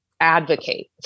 Advocate